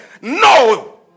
No